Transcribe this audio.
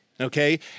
Okay